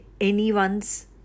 anyone's